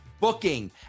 booking